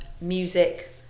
music